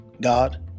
God